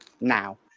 now